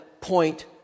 point